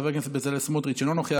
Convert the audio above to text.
חבר הכנסת בצלאל סמוטריץ' אינו נוכח,